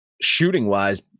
shooting-wise